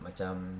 macam